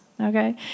okay